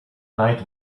night